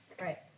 Right